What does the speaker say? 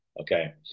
Okay